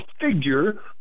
figure